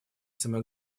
самое